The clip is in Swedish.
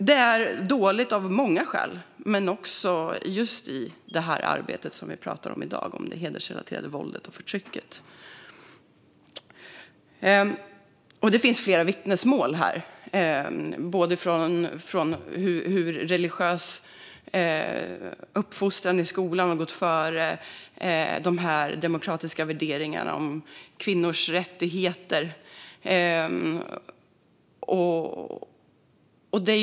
Det är dåligt av många skäl, också när det gäller det arbete mot hedersrelaterat våld och förtryck som vi pratar om i dag. Det finns vittnesmål om hur religiös uppfostran i skolan har gått före demokratiska värderingar och kvinnors rättigheter.